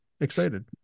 Excited